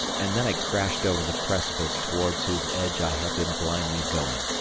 and then i crashed over the precipice towards whose edge i had been blindly going.